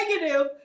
negative